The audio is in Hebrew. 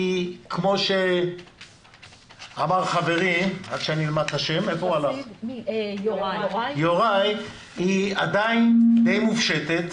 כמו שאמר חברי יוראי, היא עדיין די מופשטת,